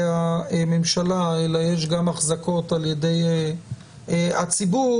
הממשלה אלא יש גם החזקות על ידי הציבור,